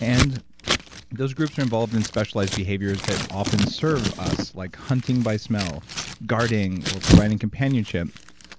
and those groups were involved in specialized behaviors that often serve us, like hunting by smell guarding or providing companionship